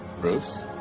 Bruce